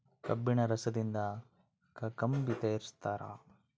ಕಬ್ಬಿಣ ರಸದಿಂದ ಕಾಕಂಬಿ ತಯಾರಿಸ್ತಾರ